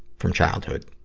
from childhood.